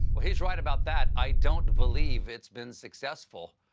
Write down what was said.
ah he's right about that i don't believe it's been successful.